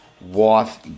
wife